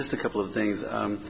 just a couple of things